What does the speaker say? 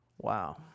Wow